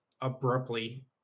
abruptly